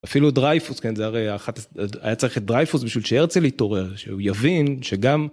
אפילו דרייפוס, כן, זה הרי אחת... היה צריך את דרייפוס בשביל שהרצל יתעורר, שהוא יבין שגם...